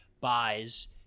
buys